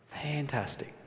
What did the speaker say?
Fantastic